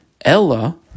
Ella